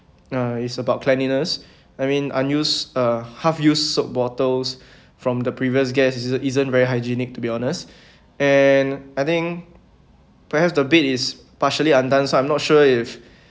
uh it's about cleanliness I mean unused uh half used soap bottles from the previous guests is isn't very hygienic to be honest and I think perhaps the bed is partially undone so I'm not sure if